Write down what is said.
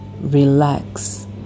relax